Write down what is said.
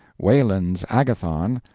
wieland's agathon,